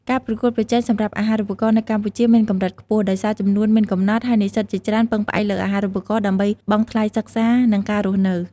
ការប្រកួតប្រជែងសម្រាប់អាហារូបករណ៍នៅកម្ពុជាមានកម្រិតខ្ពស់ ដោយសារចំនួនមានកំណត់ ហើយនិស្សិតជាច្រើនពឹងផ្អែកលើអាហារូបករណ៍ដើម្បីបង់ថ្លៃសិក្សានិងការរស់នៅ។